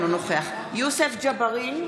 אינו נוכח יוסף ג'בארין,